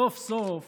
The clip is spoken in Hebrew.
סוף-סוף